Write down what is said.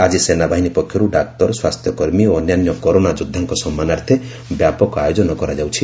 ଆଜି ସେନାବାହିନୀ ପକ୍ଷରୁ ଡାକ୍ତର ସ୍ୱାସ୍ଥ୍ୟ କର୍ମୀ ଓ ଅନ୍ୟାନ୍ୟ କରୋନା ଯୋଦ୍ଧାଙ୍କ ସମ୍ମାନାର୍ଥେ ବ୍ୟାପକ ଆୟୋଜନ କରାଯାଉଛି